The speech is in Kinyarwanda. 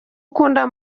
ukunda